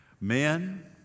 Men